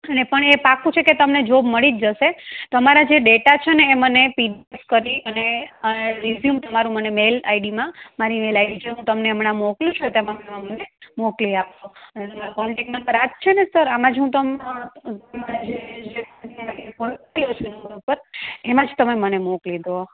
અને પણ એ પાકું છે કે તમને જોબ મળી જ જશે તમારા જે ડેટા છે ને એ મને પીડીએફ કરી અને રીઝયુમ તમારું મને મેલ આઇડીમા મારી મેલ આઈડી જે હું તમને હમણાં મોકલું છું મોકલી આપો અને તમારો કોન્ટેક નંબર આ જ છે સર આમાં જ હું તમારા જે એમાં જ તમે મને મોકલી દો